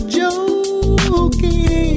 joking